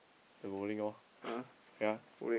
the bowling orh ya